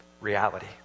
Reality